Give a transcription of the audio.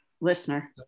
listener